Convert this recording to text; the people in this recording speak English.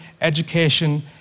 education